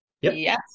Yes